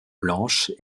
blanche